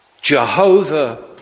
Jehovah